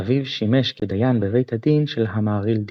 אביו שימש כדיין בבית הדין של המהרי"ל דיסקין.